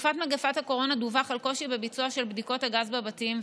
בתקופת מגפת הקורונה דֻווח על קושי בביצוע של בדיקות הגז בבתים,